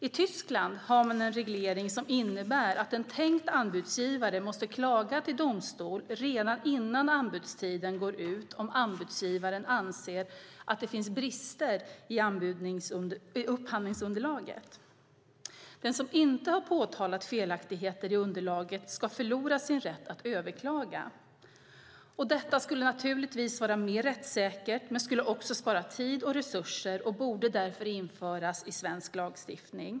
I Tyskland har man en reglering som innebär att en tänkt anbudsgivare måste klaga till domstol redan innan anbudstiden går ut om anbudsgivaren anser att det finns brister i upphandlingsunderlaget. Den som inte har påtalat felaktigheter i underlaget ska förlora sin rätt att överklaga. Detta skulle naturligtvis vara mer rättssäkert, men det skulle också spara tid och resurser och borde därför införas i svensk lagstiftning.